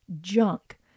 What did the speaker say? junk